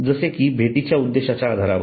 जसे की भेटीच्या उद्देशाच्या आधारावर